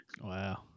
wow